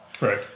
Right